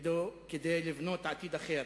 כדי לבנות עתיד אחר